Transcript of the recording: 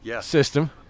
system